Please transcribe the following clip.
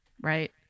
Right